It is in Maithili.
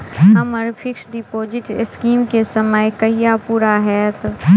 हम्मर फिक्स डिपोजिट स्कीम केँ समय कहिया पूरा हैत?